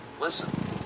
Listen